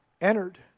entered